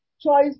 choice